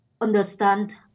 understand